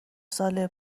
ساله